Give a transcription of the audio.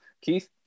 Keith